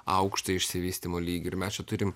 aukštą išsivystymo lygį ir mes čia turim